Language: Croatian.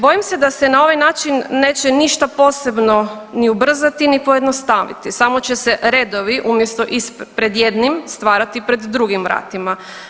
Bojim se da se na ovaj način neće ništa posebno ni ubrzati ni pojednostaviti samo će se redovi umjesto ispred pred jednim stvarati pred drugim vratima.